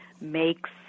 makes